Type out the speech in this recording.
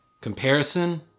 Comparison